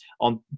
on